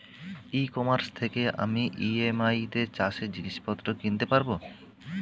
ই commerce থেকে আমি EMI তে চাষে জিনিসপত্র কিনতে পারব?